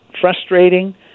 frustrating